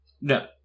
No